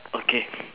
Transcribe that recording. okay